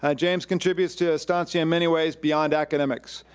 ah james contributes to estancia in many ways beyond academics.